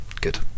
Good